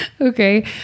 Okay